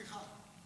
סליחה.